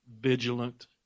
vigilant